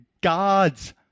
God's